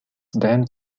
then